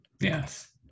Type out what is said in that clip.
Yes